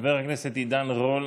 חבר הכנסת עידן רול,